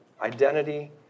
identity